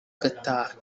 ugataha